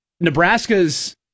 Nebraska's